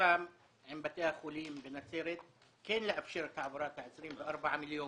סוכם עם בתי החולים בנצרת כן לאפשר את העברת ה-24 מיליון